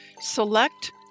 Select